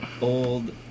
old